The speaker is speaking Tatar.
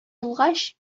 булгач